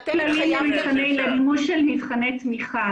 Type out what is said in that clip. מימוש של מבחני תמיכה.